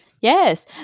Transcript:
Yes